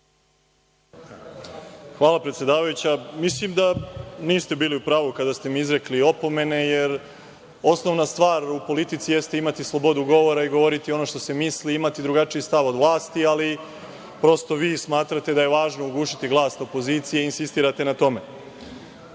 Hvala, predsedavajuća. Mislim da niste bili u pravu kada ste mi izrekli opomene jer osnovna stvar u politici jeste imati slobodu govora i govoriti ono što se misli, imati drugačiji stav od vlasti, ali prosto vi smatrate da je važno ugušiti glas opozicije i insistirate na tome. Pre